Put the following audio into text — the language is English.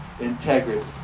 integrity